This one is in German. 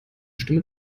stimme